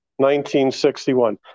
1961